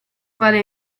vale